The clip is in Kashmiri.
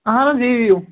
اَہَن حظ یِیو یِیِو